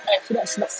sedap sedap